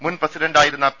മുൻ പ്രസിഡണ്ടായിരുന്ന പി